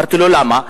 שאלתי: למה?